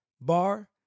bar